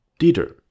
Dieter